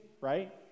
right